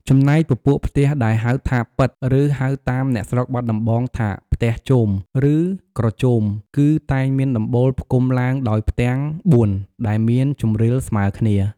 ចំណែក ពពួកផ្ទះដែលហៅថា “ប៉ិត” ឬហៅតាមអ្នកស្រុកបាត់ដំបងថា “ផ្ទះជម” ឬ “ក្រជម” គឺតែងមានដំបូលផ្គុំឡើងដោយផ្ទាំង៤ដែលមានជម្រាលស្មើគ្នា។